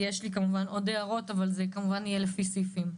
כמובן עוד הערות, אבל זה יהיה לפי סעיפים.